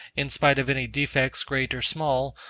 in spite of any defects great or small,